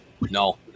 No